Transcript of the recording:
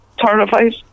terrified